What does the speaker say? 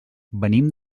venim